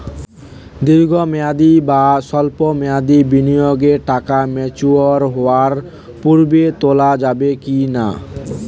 দীর্ঘ মেয়াদি বা সল্প মেয়াদি বিনিয়োগের টাকা ম্যাচিওর হওয়ার পূর্বে তোলা যাবে কি না?